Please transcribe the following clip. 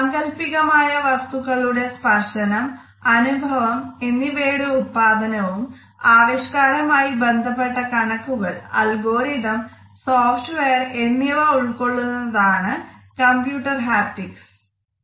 സാങ്കൽപ്പികമായ വസ്തുതകളുടെ സ്പർശനം അനുഭവം എന്നിവയുടെ ഉത്പാദനവും ആവിഷ്ക്കാരവും ആയി ബന്ധപ്പെട്ട കണക്കുകൾ സോഫ്റ്റ്വെയർ എന്നിവ ഉൾക്കൊള്ളുന്നതാണ് കമ്പ്യൂട്ടർ ഹാപ്റ്റിക്സ് എന്നത്